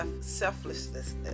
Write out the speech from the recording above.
selflessness